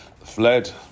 fled